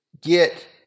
get